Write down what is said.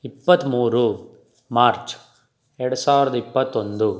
ಇಪ್ಪತ್ತ್ಮೂರು ಮಾರ್ಚ್ ಎರಡು ಸಾವಿರದ ಇಪ್ಪತ್ತೊಂದು